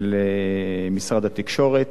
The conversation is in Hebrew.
של משרד התקשורת,